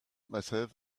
myself